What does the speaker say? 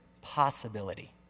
possibility